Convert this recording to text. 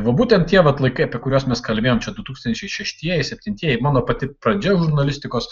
va būtent tie vat laikai apie kuriuos mes kalbėjom čia du tūkstančiai šeštieji septintieji mano pati pradžia žurnalistikos